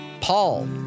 Paul